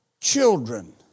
children